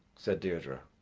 said deirdre.